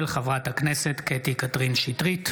של חברת הכנסת קטי קטרין שטרית.